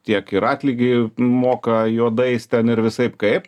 tiek ir atlygį moka juodais ten ir visaip kaip